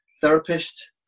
therapist